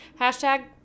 Hashtag